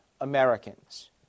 Americans